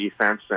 defense